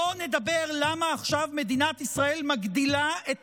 בוא נדבר למה עכשיו מדינת ישראל מגדילה את